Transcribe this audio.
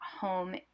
home